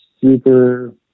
super